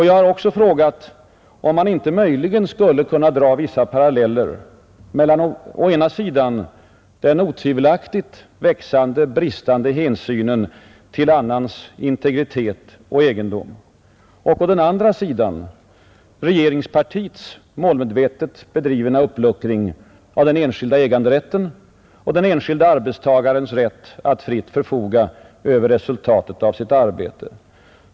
Jag har också frågat om man inte möjligen skulle kunna dra vissa paralleller mellan å ena sidan den otvivelaktigt växande bristande hänsynen till annans integritet och egendom och å den andra sidan regeringspartiets målmedvetet bedrivna uppluckring av den enskilda äganderätten och den enskilde arbetstagarens rätt att fritt förfoga över resultatet av sitt arbete.